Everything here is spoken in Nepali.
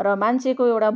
र मान्छेको एउटा